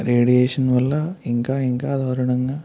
radiation వల్ల ఇంకా ఇంకా దారుణంగా